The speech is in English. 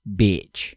bitch